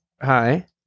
hi